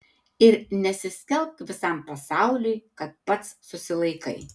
ir nesiskelbk visam pasauliui kad pats susilaikai